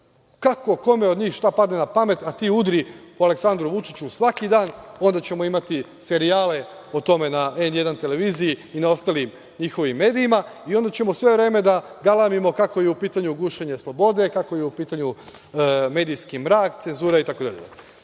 Kako kome od njih šta padne na pamet, a ti udri po Aleksandru Vučiću svaki dan, onda ćemo imati serijale o tome na N1 televiziji i na ostalim njihovim medijima i onda ćemo sve vreme da galamimo kako je u pitanju gušenje slobode, kako je u pitanju medijski mrak, cenzura itd.